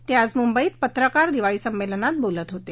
ते आज मुंबईत पत्रकार दिवाळी संमेलनात बोलत होते